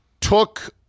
took